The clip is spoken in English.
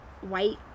white